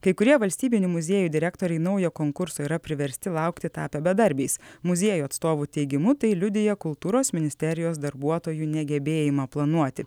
kai kurie valstybinių muziejų direktoriai naujo konkurso yra priversti laukti tapę bedarbiais muziejų atstovų teigimu tai liudija kultūros ministerijos darbuotojų negebėjimą planuoti